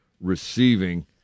receiving